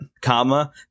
comma